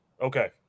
Okay